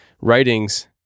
writings